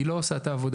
היא לא עושה את העבודה.